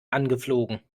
angeflogen